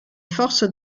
forces